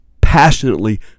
passionately